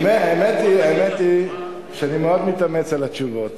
האמת היא שאני מאוד מתאמץ על התשובות